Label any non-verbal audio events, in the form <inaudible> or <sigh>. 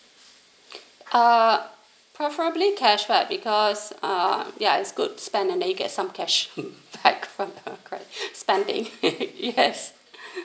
err preferably cashback because uh ya is good spend and then you get some cashback from the credit card spending <laughs> yes